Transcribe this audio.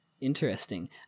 interesting